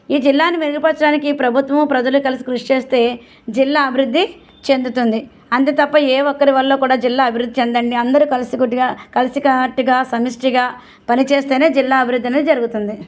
ఈ జిల్లాను మెరుగుపరచడానికి ప్రభుత్వము ప్రజలు కలిసి కృషి చేస్తే జిల్లా అభివృద్ధి చెందుతుంది అంతే తప్ప ఏ ఒక్కరి వల్ల కూడా జిల్లా అభివృద్ధి చెందండి అందరూ కలిసి గుడ్ గా కలిసికట్టుగా సమిష్టిగా పని చేస్తేనే జిల్లా అభివృద్ధి అనేది జరుగుతుంది